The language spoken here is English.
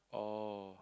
oh